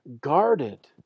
guarded